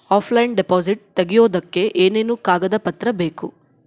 Offline deposit ತೆಗಿಯೋದಕ್ಕೆ ಏನೇನು ಕಾಗದ ಪತ್ರ ಬೇಕು?